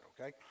Okay